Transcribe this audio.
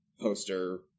poster